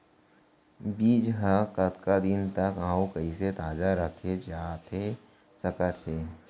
बीज ह कतका दिन तक अऊ कइसे ताजा रखे जाथे सकत हे?